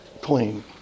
clean